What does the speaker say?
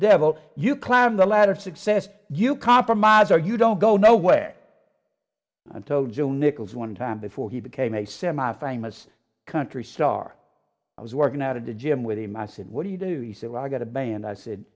devil you climb the ladder of success you compromise or you don't go no way until june nichols one time before he became a semi famous country star i was working out of the gym with him i said what do you do he said i got a band i said